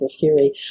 theory